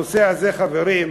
חברים,